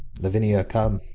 lavinia, come,